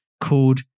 called